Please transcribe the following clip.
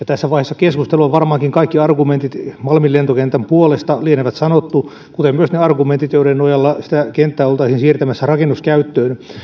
tässä vaiheessa keskustelua varmaankin kaikki argumentit malmin lentokentän puolesta lienee sanottu kuten myös ne argumentit joiden nojalla sitä kenttää oltaisiin siirtämässä rakennuskäyttöön